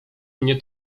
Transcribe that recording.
mnie